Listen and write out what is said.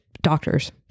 doctors